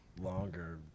longer